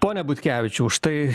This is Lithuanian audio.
pone butkevičiau štai